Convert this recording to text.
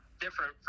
different